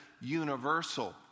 universal